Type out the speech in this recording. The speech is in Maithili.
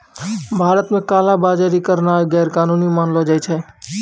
भारत मे काला बजारी करनाय गैरकानूनी मानलो जाय छै